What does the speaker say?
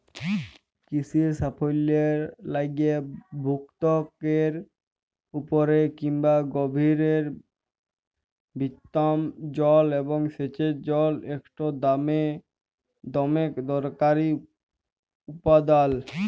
কিসির সাফল্যের লাইগে ভূত্বকের উপরে কিংবা গভীরের ভওম জল এবং সেঁচের জল ইকট দমে দরকারি উপাদাল